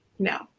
no